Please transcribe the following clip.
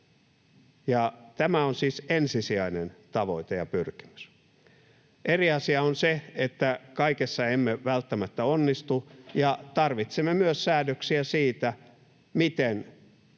Tämä on siis ensisijainen tavoite ja pyrkimys. Eri asia on se, että kaikessa emme välttämättä onnistu ja tarvitsemme myös säädöksiä siitä, miten